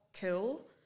cool